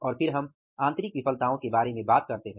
और फिर हम आंतरिक विफलताओं के बारे में बात करते हैं